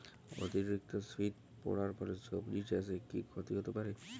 অতিরিক্ত শীত পরার ফলে সবজি চাষে কি ক্ষতি হতে পারে?